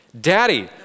Daddy